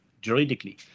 juridically